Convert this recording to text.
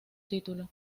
título